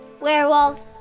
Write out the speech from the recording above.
Werewolf